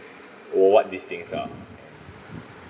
or what these things are and